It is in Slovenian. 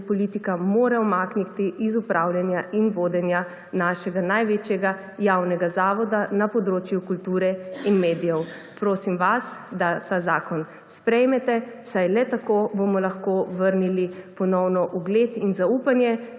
se politika mora umakniti iz upravljanja in vodenja našega največjega javnega zavoda na področju kulture in medijev. Prosim vas, da ta zakon sprejmete, saj le tako bomo lahko vrnili ponovno ugled in zaupanje